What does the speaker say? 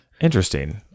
Interesting